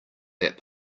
that